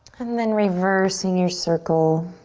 and then reversing your circle.